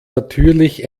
natürlich